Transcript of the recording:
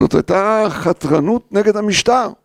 זאת היתה חתרנות נגד המשטר